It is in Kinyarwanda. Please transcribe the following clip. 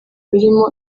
birimo